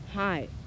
Hi